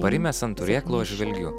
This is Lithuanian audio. parimęs ant turėklo aš žvelgiu